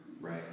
Right